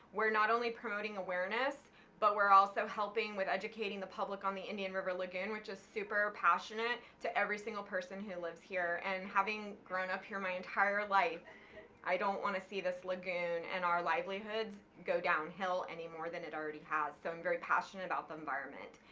we're not only promoting awareness but we're also helping with educating the public on the indian river lagoon. which is super passionate to every single person who lives here and having grown up here my entire life i don't want to see this lagoon and our livelihoods go downhill any more than it already has. has. so i'm very passionate about the environment.